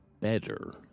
better